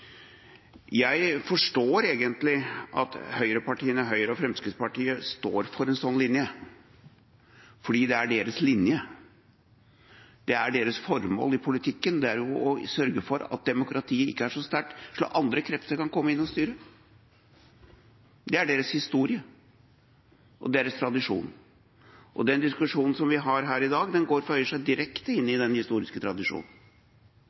Jeg forstår egentlig at høyrepartiene, Høyre og Fremskrittspartiet, står for en sånn linje, for det er deres linje. Deres formål i politikken er jo å sørge for at demokratiet ikke er så sterkt, slik at andre krefter kan komme inn og styre. Det er deres historie og deres tradisjon, og den diskusjonen vi har her i dag, føyer seg direkte inn i den historiske tradisjonen.